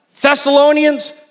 Thessalonians